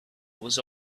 was